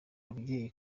ababyeyi